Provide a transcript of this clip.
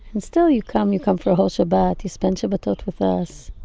and still, you come. you come for a whole shabbat, you spend shabatot with us.